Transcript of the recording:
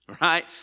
right